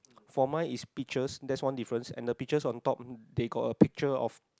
for mine it's peaches that's one difference and the peaches on top they got a picture of